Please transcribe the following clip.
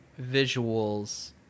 visuals